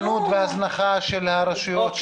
זאת רשלנות והזנחה של הרשויות,